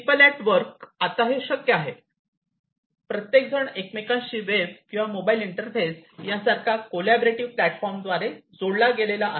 people at work आता हे शक्य आहे प्रत्येकजण एकमेकांशी वेब किंवा मोबाईल इंटरफेस या सारख्या कोलाँबटीरेटीव्ह प्लैटफॉर्म द्वारे जोडलेला आहे